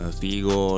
figo